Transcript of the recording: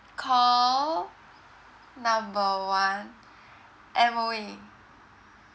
call number one M_O_E